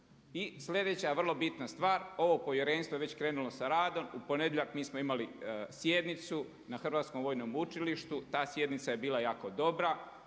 I sljedeća vrlo bitna stvar, ovo povjerenstvo je već krenulo sa radom. U ponedjeljak mi smo imali sjednicu na Hrvatskom vojnom učilištu, ta sjednica je bila jako dobra,